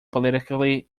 politically